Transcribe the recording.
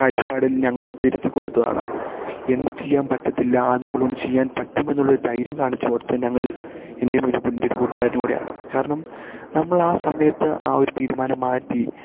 കാഴ്ചപ്പാടിൽ ഞങ്ങൾ തിരുത്തി കൊടുത്തതാണ് എന്ത് ചെയ്യാൻ പറ്റത്തില്ല അത് നമ്മളെക്കൊണ്ട് ചെയ്യാൻ പറ്റും എന്നുള്ളൊരു ധൈര്യം കാണിച്ച് കൊടുത്തു ഞങ്ങൾ എൻ്റെയും എൻ്റെയൊരു കൂട്ടുകാരനും കൂടെയാണ് കാരണം നമ്മൾ ആ സമയത്ത് ആ ഒരു തീരുമാനം മാറ്റി